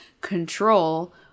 control